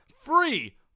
free